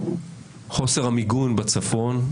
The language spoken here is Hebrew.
חוסר המיגון בצפון.